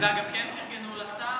דווקא כן פרגנו לשר.